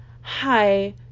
hi